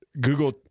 Google